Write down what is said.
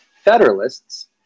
Federalists